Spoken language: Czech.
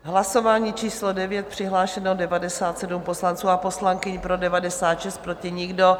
V hlasování číslo 9 přihlášeno 97 poslanců a poslankyň, pro 96, proti nikdo.